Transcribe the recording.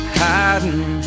hiding